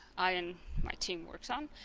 i and my team worked on